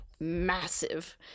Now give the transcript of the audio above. massive